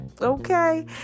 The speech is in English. Okay